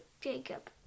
Jacob